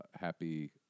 happy